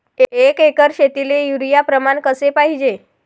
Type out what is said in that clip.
एक एकर शेतीले युरिया प्रमान कसे पाहिजे?